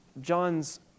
John's